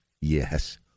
yes